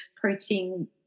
protein